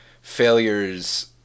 failures